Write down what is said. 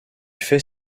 fait